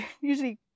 Usually